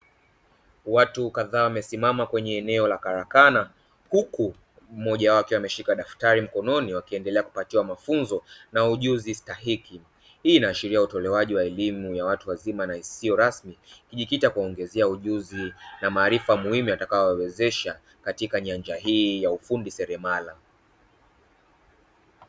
Watu kadhaa wamesimama kwenye eneo la karakana huku mmoja wao akiwa ameshika daftari mkononi wakiendelea kupatiwa mafunzo na ujuzi stahiki, hii inaashiria utolewaji wa elimu ya watu wazima na isiyo rasmi ikijikita kuwaongezea ujuzi na maarifa muhimu yatakayowawezesha katika nyanja hii ya ufundi seremala.